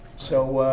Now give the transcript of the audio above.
so,